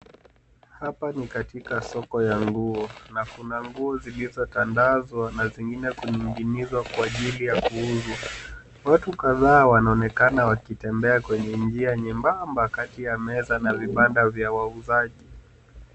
Hapa ni katika soko ya nguo na kuna nguo zililizotandazwa na zingine kuninginizwa kwa ajili ya kuuzwa. Watu kadhaa wanaonekana wakitembea kwenye njia nyembamba kati ya meza na vibanda vya wauzaji.